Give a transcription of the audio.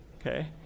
okay